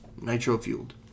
Nitro-fueled